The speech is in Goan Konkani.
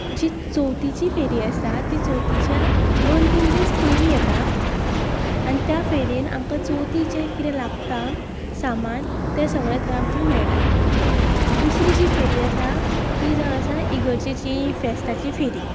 जी चवथीची फेरी आसा ती चवथीच्या दोन तीन दीस पयली येता आनी त्या फेऱ्येंत आमकां चवथीक जें कितें लागता सामान तें सगळें थंय आमकां मेळटा दुसरी जी फेरी आसा ती जावन आसा इगर्जेची फेस्ताची फेरी